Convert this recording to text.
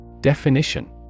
Definition